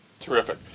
Terrific